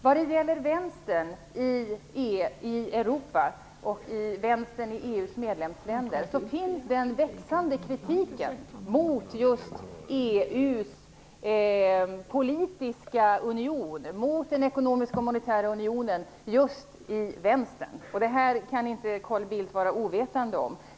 Vad gäller Vänstern i Europa och i EU:s medlemsländer finns det en växande kritik mot EU:s politiska union, mot den ekonomiska och monetära unionen just i Vänstern. Detta kan inte Carl Bildt vara ovetande om.